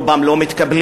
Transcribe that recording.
רובם לא מתקבלים,